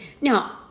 Now